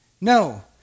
no